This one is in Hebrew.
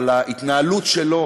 אבל ההתנהלות שלו